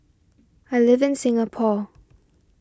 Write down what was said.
I live in Singapore